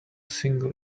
single